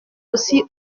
aussi